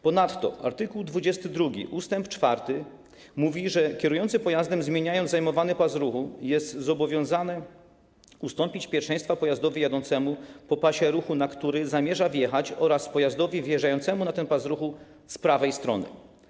Ponadto art. 22 ust. 4 mówi, że kierujący pojazdem zmieniając zajmowany pas ruchu jest zobowiązany ustąpić pierwszeństwa pojazdowi jadącemu po pasie ruchu, na który zamierza wjechać, oraz pojazdowi wjeżdżającemu na ten pas ruchu z prawej strony.